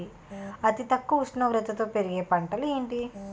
అతి తక్కువ ఉష్ణోగ్రతలో పెరిగే పంటలు ఏంటి?